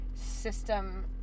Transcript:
System